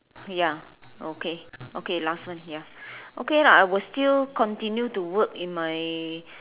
ya okay okay last one ya okay lah I will still continue to work in my